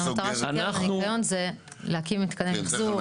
המטרה של קרן הניקיון זה להקים מתקני מחזור.